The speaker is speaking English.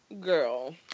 girl